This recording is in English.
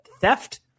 theft